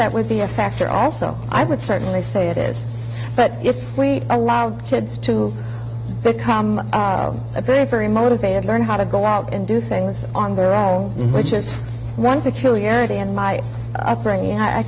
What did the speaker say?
that would be a factor also i would certainly say it is but if we allow our kids to become very very motivated learn how to go out and do things on their own which is one peculiarity in my upbringing i